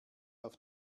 auf